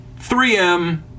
3M